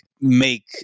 make